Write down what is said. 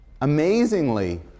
Amazingly